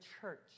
church